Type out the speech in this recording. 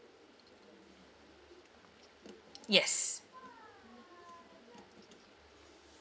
yes